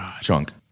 chunk